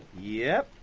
yyyep.